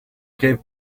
gave